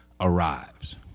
arrives